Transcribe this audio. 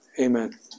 amen